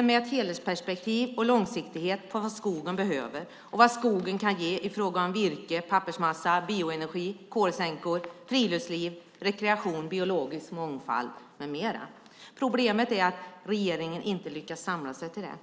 med ett helhetsperspektiv och långsiktighet för vad skogen behöver och vad skogen kan ge i fråga om virke, pappersmassa, bioenergi, kolsänkor, friluftsliv, rekreation, biologisk mångfald med mera. Problemet är att regeringen inte lyckas samla sig till det.